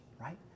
right